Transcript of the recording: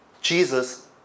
Jesus